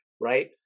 right